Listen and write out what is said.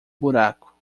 buraco